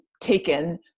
taken